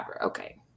Okay